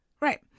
Right